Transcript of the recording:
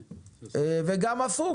יכול להיות גם הפוך,